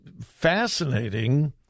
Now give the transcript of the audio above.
fascinating